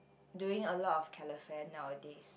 doing a lot of calefare nowadays